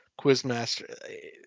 Quizmaster